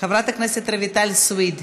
חברת הכנסת רויטל סויד,